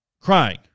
crying